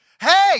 Hey